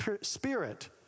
spirit